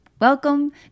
welcome